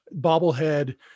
bobblehead